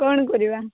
କ'ଣ କରିବା